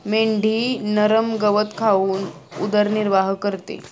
मेंढी नरम गवत खाऊन उदरनिर्वाह करते